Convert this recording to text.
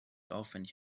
aufwendig